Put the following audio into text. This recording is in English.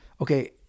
okay